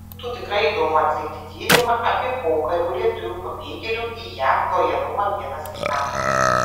būtų tikrai įdomu atlikti tyrimą apie pokario lietuvių pabėgėlių į jav lojalumą vienas kitam